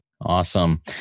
Awesome